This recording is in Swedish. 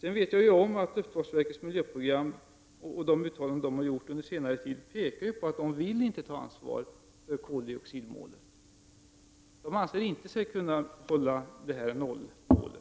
Jag vet att luftfartsverkets miljöprogram och de uttalanden som under senare tid gjorts från verket pekar på att man inte vill ta ansvar för koldioxidmålet. Luftfartsverket anser sig inte kunna uppnå plus-minus-noll-målet.